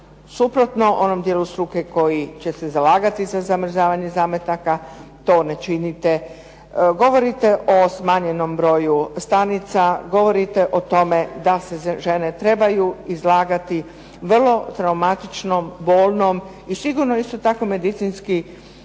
suprotno onom dijelu struke koji će se zalagati za zamrzavanje zametaka to ne činite. Govorite o smanjenom broju stanica, govorite o tome da se žene trebaju izlagati vrlo traumatičnom, bolnom, i sigurno isto tako medicinski